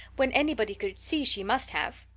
when anybody could see she must have!